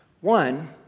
one